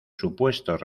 supuestos